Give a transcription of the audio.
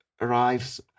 arrives